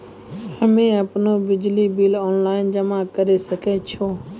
हम्मे आपनौ बिजली बिल ऑनलाइन जमा करै सकै छौ?